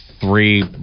three